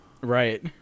Right